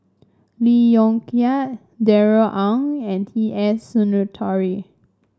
Lee Yong Kiat Darrell Ang and T S Sinnathuray